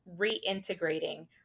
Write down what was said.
reintegrating